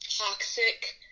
toxic